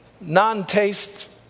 non-taste